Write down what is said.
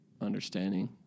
understanding